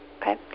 Okay